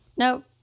nope